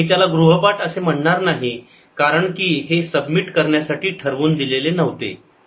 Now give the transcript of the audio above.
मी त्याला गृहपाठ असे म्हणणार नाही कारण हे सबमिट करण्यासाठी ठरवून दिलेले नव्हते